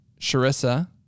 Sharissa